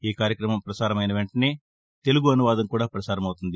ఈ కార్యక్రమం ప్రసారమైన వెంటనే దాని తెలుగు అనువాదం కూడా ప్రసారమవుతుంది